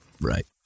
Right